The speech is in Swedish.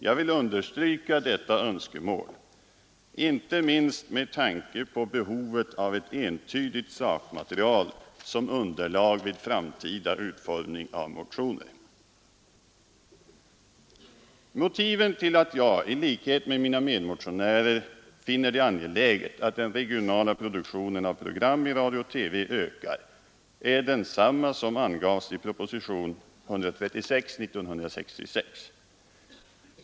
Jag vill understryka detta önskemål inte minst med tanke på behovet av ett entydigt sakmaterial som underlag vid framtida utformning av motioner. Motiven till att jag i likhet med mina medmotionärer finner det angeläget att den regionala produktionen av program i radio och TV ökar är desamma som angavs i propositionen 136 år 1966.